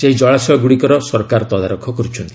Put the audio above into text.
ସେହି ଜଳାଶୟଗ୍ରଡ଼ିକର ସରକାର ତଦାରଖ କର୍ରଛନ୍ତି